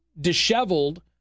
disheveled